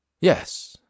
Yes